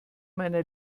meiner